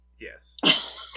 yes